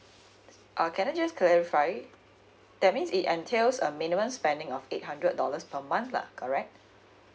uh can I just clarify that means it entails a minimum spending of eight hundred dollars per month lah correct